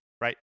Right